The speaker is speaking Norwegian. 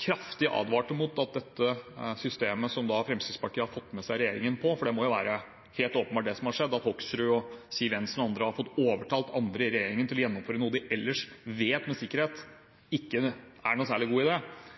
kraftig advarte mot dette systemet som Fremskrittspartiet har fått med seg regjeringen på. For det må åpenbart være det som har skjedd, at Bård Hoksrud, Siv Jensen og andre har fått overtalt andre i regjeringen til å gjennomføre noe de ellers vet med sikkerhet ikke er noen særlig god